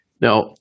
Now